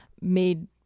made